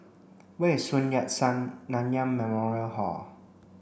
where is Sun Yat Sen Nanyang Memorial Hall